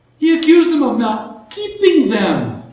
he accused them of not keeping them.